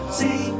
see